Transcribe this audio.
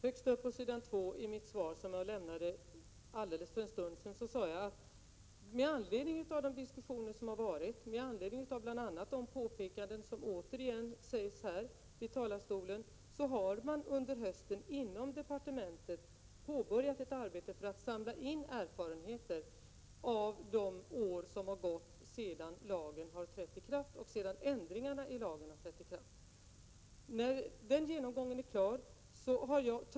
Fru talman! Av mitt svar framgår det att med anledning av de diskussioner som har förts har man inom departementet under hösten påbörjat arbetet med att samla in erfarenheter från de år som har gått sedan lagen trädde i kraft och sedan ändringarna i lagen trädde i kraft. Påpekanden härvidlag har också gjorts från talarstolen.